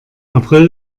april